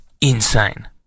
insane